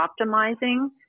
optimizing